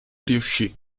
riuscì